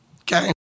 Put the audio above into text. okay